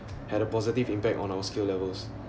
had a positive impact on our skill levels